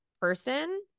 person